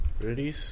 Ready